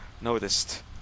noticed